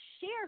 share